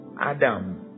Adam